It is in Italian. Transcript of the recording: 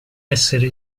essere